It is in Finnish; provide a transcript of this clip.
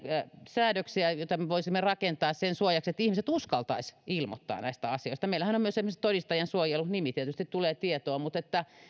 säädöksiä joita me voisimme rakentaa sen suojaksi että ihmiset uskaltaisivat ilmoittaa näistä asioista meillähän on myös esimerkiksi todistajansuojelu nimi tietysti tulee tietoon mutta